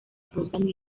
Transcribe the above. kuzamo